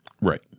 Right